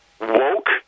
woke